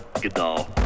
Genau